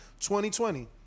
2020